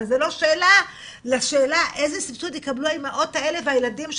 אבל זו לא תשובה לשאלה איזה סבסוד יקבלו האימהות האלה והילדים שלהן,